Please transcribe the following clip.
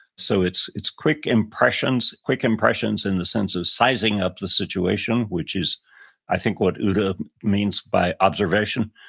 so it's it's quick impressions, quick impressions in the sense of sizing up the situation, which is i think what ooda means by observation,